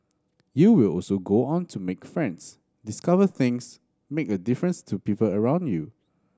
you will also go on to make friends discover things make a difference to people around you